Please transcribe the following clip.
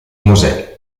mosè